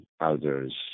others